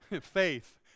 Faith